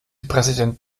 präsident